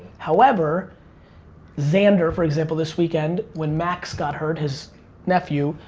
however xander, for example, this weekend when max got hurt, his nephew,